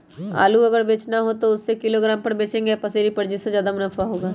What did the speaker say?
आलू अगर बेचना हो तो हम उससे किलोग्राम पर बचेंगे या पसेरी पर जिससे ज्यादा मुनाफा होगा?